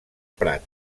prat